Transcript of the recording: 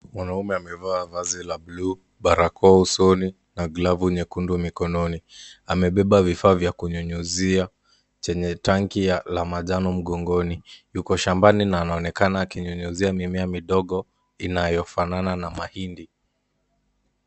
Mwanaume amevaa vazi la buluu, barakoa usoni na glavu nyekundu mikononi. Amebeba vifaa vya kunyunyuzia chenye tanki la manjano mgongoni. Yuko shambani na anaonekana akinyunyuzia mimea midogo inayofanana na mahindi.